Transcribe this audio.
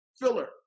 filler